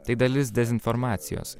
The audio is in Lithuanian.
tai dalis dezinformacijos